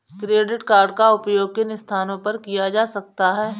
Credit card का उपयोग किन स्थानों पर किया जा सकता है?